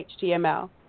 html